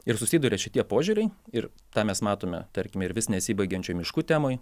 ir susiduria šitie požiūriai ir tą mes matome tarkime ir vis nesibaigiančioj miškų temoj